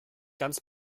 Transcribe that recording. ganz